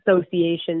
association's